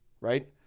Right